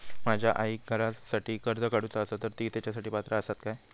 माझ्या आईक घरासाठी कर्ज काढूचा असा तर ती तेच्यासाठी पात्र असात काय?